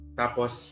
tapos